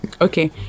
Okay